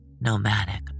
nomadic